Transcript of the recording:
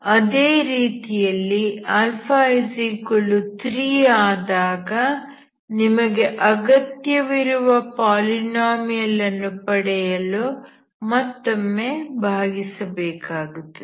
ಅದೇ ರೀತಿಯಲ್ಲಿ α3 ಆದಾಗ ನಿಮಗೆ ಅಗತ್ಯವಿರುವ ಪಾಲಿನಾಮಿಯಲ್ ಅನ್ನು ಪಡೆಯಲು ಮತ್ತೊಮ್ಮೆ ಭಾಗಿಸಬೇಕಾಗುತ್ತದೆ